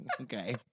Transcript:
Okay